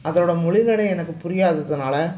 அதோடய மொழிநடை எனக்கு புரியாததினால